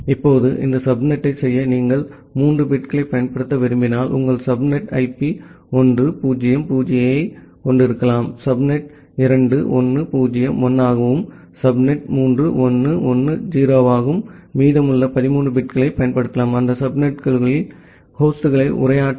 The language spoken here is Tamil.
இப்போது இந்த சப்நெட்டைச் செய்ய நீங்கள் மூன்று பிட்களைப் பயன்படுத்த விரும்பினால் உங்கள் சப்நெட் ஐபி 1 0 0 ஐயைக் கொண்டிருக்கலாம் சப்நெட் 2 1 0 1 ஆகவும் சப்நெட் 3 1 1 0 ஆகவும் மீதமுள்ள 13 பிட்களைப் பயன்படுத்தலாம் அந்த சப்நெட்களுக்குள் ஹோஸ்ட்களை உரையாற்ற